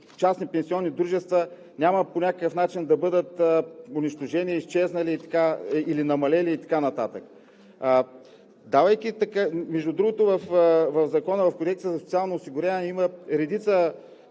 частни пенсионни дружества, няма по някакъв начин да бъдат унищожени, изчезнали или намалели и така нататък. Между другото, в Кодекса за социално осигуряване има редица